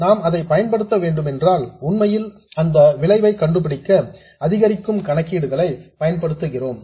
நாம் அதை பயன்படுத்த வேண்டும் என்றால் உண்மையில் இந்த விளைவை கண்டு பிடிக்க அதிகரிக்கும் கணக்கீடுகளை பயன்படுத்துகிறோம்